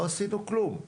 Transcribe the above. לא עשינו כלום,